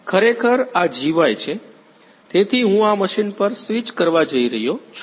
ખરેખર આ GY છે તેથી હું આ મશીન પર સ્વિચ કરવા જઈ રહ્યો છું